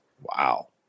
Wow